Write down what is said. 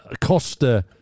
Costa